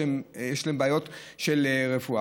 שיש להם בעיות של רפואה.